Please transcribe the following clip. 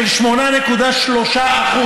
של 8.3%,